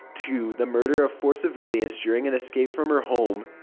two the murder of four civilians during an escape from her home.